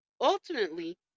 Ultimately